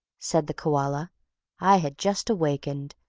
said the koala i had just awakened,